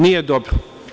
Nije dobro.